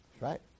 right